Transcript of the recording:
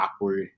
awkward